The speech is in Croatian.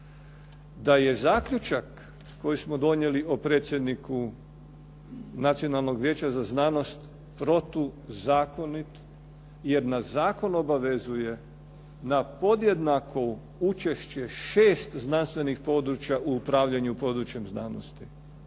da je zaključak koji smo donijeli o predsjedniku Nacionalnog vijeća za znanost protuzakonit jer nas zakon obavezuje na podjednako učešće šest znanstvenih područja u upravljanju područjem znanosti.